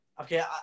Okay